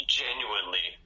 genuinely